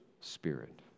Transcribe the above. Spirit